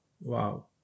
wow